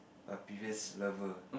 a previous lover